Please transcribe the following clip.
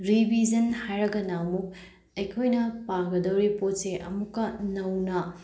revision ꯍꯥꯏꯔꯒꯅ ꯑꯃꯨꯛ ꯑꯩꯈꯣꯏꯅ ꯄꯥꯒꯗꯧꯔꯤꯕ ꯄꯣꯠꯁꯦ ꯑꯃꯨꯛꯀ ꯅꯧꯅ